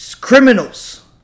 criminals